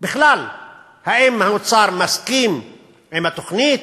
בכלל אם האוצר מסכים עם התוכנית,